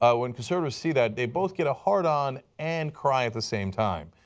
ah when conservatives see that they both get a hard on and cry at the same time.